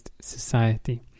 society